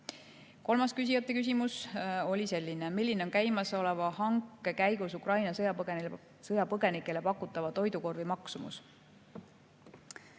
Kolmas küsijate küsimus oli selline: "Milline on käimasoleva hanke käigus Ukraina sõjapõgenikele pakutava toidukorvi maksumus?"